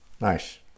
Nice